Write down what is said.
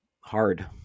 hard